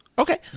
Okay